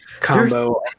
Combo